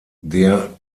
der